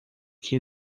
que